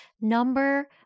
number